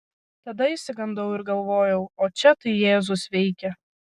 tada išsigandau ir galvojau o čia tai jėzus veikia